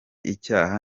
icyaha